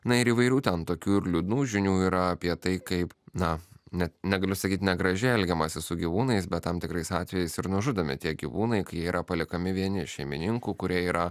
na ir įvairių ten tokių ir liūdnų žinių yra apie tai kaip na net negaliu sakyt negražiai elgiamasi su gyvūnais bet tam tikrais atvejais ir nužudomi tie gyvūnai kai jie yra paliekami vieni šeimininkų kurie yra